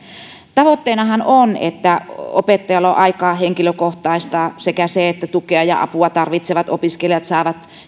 tavoitteenahan on että opettajalla on aikaa henkilökohtaistaa sekä se että tukea ja apua tarvitsevat opiskelijat saavat